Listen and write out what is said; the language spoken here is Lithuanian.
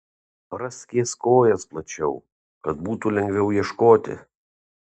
praskėsk kojas plačiau kad būtų lengviau ieškoti